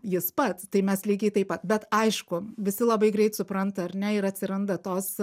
jis pats tai mes lygiai taip pat bet aišku visi labai greit supranta ar ne ir atsiranda tos